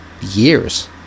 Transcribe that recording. years